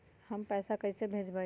हम पैसा कईसे भेजबई?